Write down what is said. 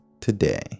today